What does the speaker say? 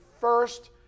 first